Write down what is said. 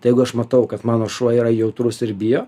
tai jeigu aš matau kad mano šuo yra jautrus ir bijo